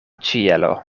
ĉielo